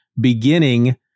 beginning